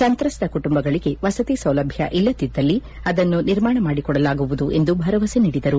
ಸಂತ್ರಸ್ತ ಕುಟುಂಬಗಳಗೆ ವಸತಿ ಸೌಲಭ್ಯ ಇಲ್ಲದಿದ್ದಲ್ಲಿ ಅದನ್ನು ನಿರ್ಮಾಣ ಮಾಡಿಕೊಡಲಾಗುವುದು ಎಂದು ಭರವಸೆ ನೀಡಿದರು